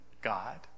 God